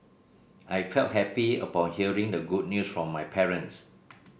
I felt happy upon hearing the good news from my parents